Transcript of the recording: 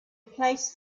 placed